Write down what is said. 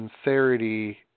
sincerity